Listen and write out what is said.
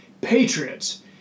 patriots